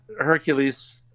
Hercules